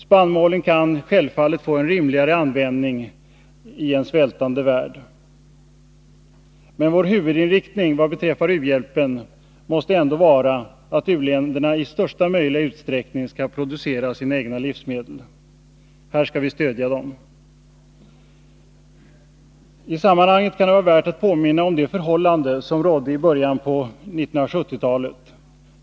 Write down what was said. Spannmålen kan självfallet få en rimligare användning i en svältande värld. Vår huvudinriktning vad beträffar u-hjälpen måste ändå vara att u-länderna i största möjliga utsträckning skall producera sina egna livsmedel. Här skall vi stödja dem. I sammanhanget kan det vara värt att påminna om de förhållanden som rådde i början av 1970-talet.